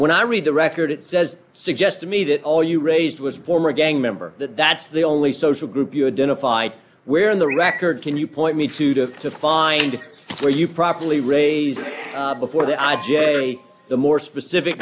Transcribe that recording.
when i read the record it says suggest to me that all you raised was a former gang member that that's the only social group you identified where in the record can you point me to death to find where you properly raised before the i j a the more specific